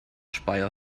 speyer